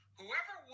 whoever